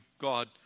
God